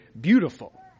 beautiful